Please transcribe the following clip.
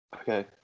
Okay